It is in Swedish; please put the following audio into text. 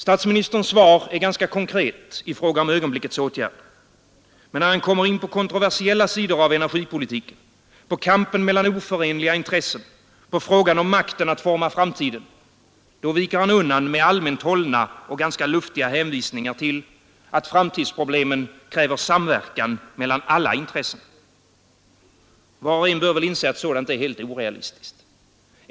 Statsministerns svar är ganska konkret i fråga om ögonblickets åtgärder. Men när han kommer in på kontroversiella sidor av energipolitiken, på kampen mellan oförenliga intressen, på frågan om makten att forma framtiden — då viker han undan med allmänt hållna och ganska luftiga hänvisningar till att framtidsproblemen kräver samverkan mellan alla intressen. Var och en bör väl inse att sådant är helt orealistiskt.